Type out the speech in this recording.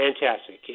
fantastic